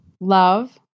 Love